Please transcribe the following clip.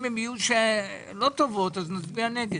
אם הן יהיו לא טובות, נצביע נגד.